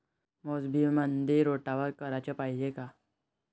मोसंबीमंदी रोटावेटर कराच पायजे का?